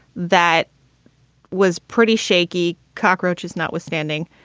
that was pretty shaky, cockroaches notwithstanding.